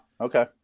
Okay